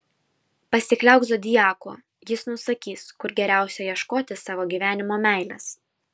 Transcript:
pasikliauk zodiaku jis nusakys kur geriausia ieškoti savo gyvenimo meilės